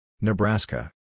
Nebraska